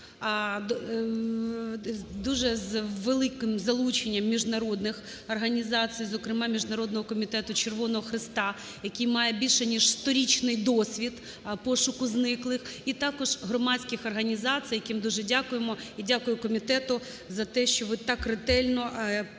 дуже з великим залученням міжнародних організацій, зокрема Міжнародного Комітету Червоного Хреста, який має більше ніж 100-річний досвід пошуку зниклих, і також громадських організацій, яким дуже дякуємо. І дякую комітету за те, що ви так ретельно співпрацювали